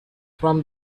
from